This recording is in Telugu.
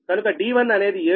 కనుక d1 అనేది 7